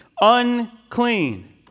unclean